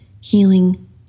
healing